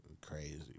crazy